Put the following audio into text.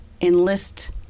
enlist